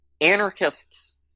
anarchists